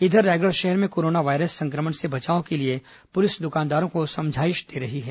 इधर रायगढ़ शहर में कोरोना वायरस संक्रमण से बचाव के लिए पुलिस दुकानदारों को समझाइश दे रही है